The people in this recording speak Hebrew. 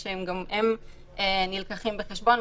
שגם הם נלקחים בחשבון,